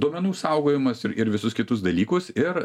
duomenų saugojimas ir ir visus kitus dalykus ir